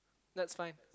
that's fine